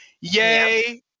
yay